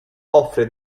offre